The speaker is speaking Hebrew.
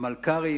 המלכ"רים,